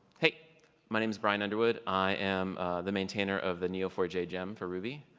hey my name is brian underwood. i am the maintainer of the n e o four j gem for ruby.